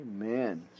Amen